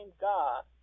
God